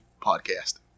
Podcast